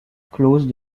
clause